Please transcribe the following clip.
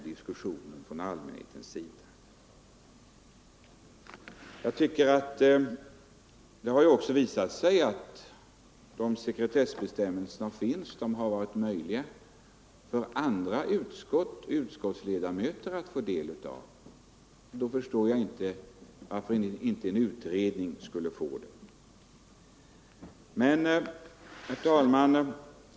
Det har visat sig att de sekretessbestämmelser som finns har gett utskottsledamöter möjlighet att få del av sekretessbelagda handlingar, och då förstår jag inte varför inte en utredning skulle kunna få del av sådana.